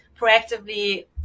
proactively